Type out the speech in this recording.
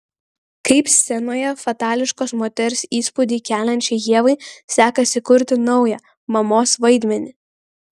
kaip scenoje fatališkos moters įspūdį keliančiai ievai sekasi kurti naują mamos vaidmenį